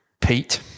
Pete